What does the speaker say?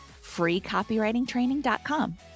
freecopywritingtraining.com